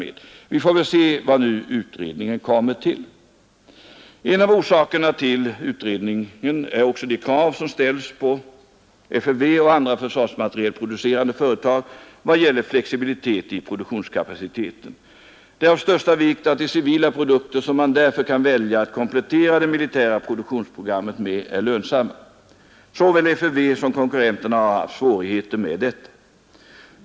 Vi får se vad utredningen kan komma fram till. En av orsakerna till att utredningen tillsatts är också de krav som ställs på FFV och andra försvarsmaterielproducerande företag i vad gäller flexibilitet i produktionskapaciteten. Det är av största vikt att de civila produkter man där kan välja för att komplettera det militära produktionsprogrammet med är lönsamma. Såväl FFV som konkurrenterna har haft svårigheter i det fallet.